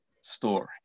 story